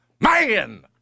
Man